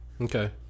Okay